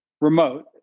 remote